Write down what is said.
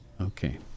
Okay